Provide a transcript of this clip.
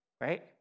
right